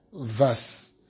verse